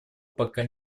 пока